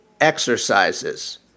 exercises